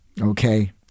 okay